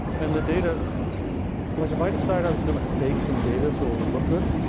and the data like if i decided i was gonna fake some data so it would look good,